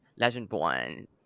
Legendborn